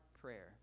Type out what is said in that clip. prayer